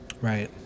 Right